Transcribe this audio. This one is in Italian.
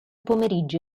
pomeriggio